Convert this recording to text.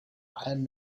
allem